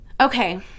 Okay